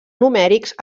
numèrics